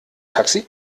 taxi